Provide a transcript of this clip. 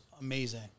amazing